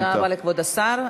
תודה רבה לכבוד השר.